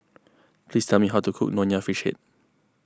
please tell me how to cook Nonya Fish Head